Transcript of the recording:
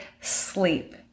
sleep